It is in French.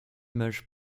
image